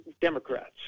Democrats